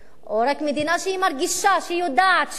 או רק מדינה שמרגישה, שיודעת שהיא אשמה.